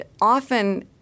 often